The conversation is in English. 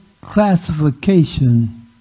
classification